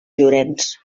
llorenç